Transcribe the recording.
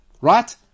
right